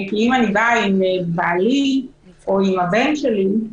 אם אני באה עם בעלי או עם הבן שלי,